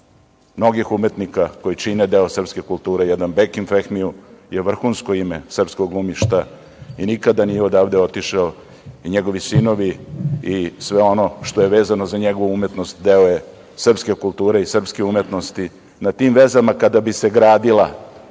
mnogih umetnika koji čine deo srpske kulture, jedan Bekim Fehmiju je vrhunsko ime srpskog glumišta i nikada nije odavde otišao i njegovi sinovi i sve ono što je vezano za njegovu umetnost deo je srpske kulture, srpske umetnosti. Na tim vezama kada bi se gradila